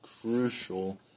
crucial